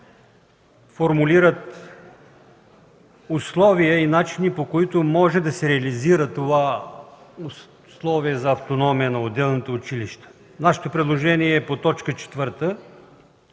формулират условия и начини, по които може да се реализира това условие за автономия на отделното училище. Нашето предложение е по т. 4, където